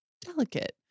delicate